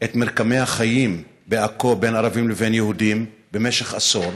את מרקמי החיים בעכו בין ערבים לבין יהודים במשך עשור,